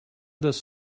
does